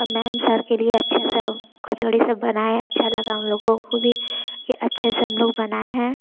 और ma'am sir के लिए अच्छा सा कचौड़ी सब बनाएँ अच्छा लगा उन लोगों को भी कि अच्छे से हम लोग बनाए हैं